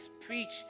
preach